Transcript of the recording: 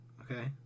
Okay